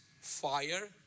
fire